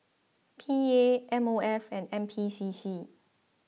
P A M O F and N P C C